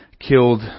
killed